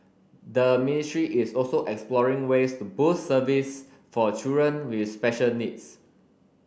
the ministry is also exploring ways to boost service for a children with special needs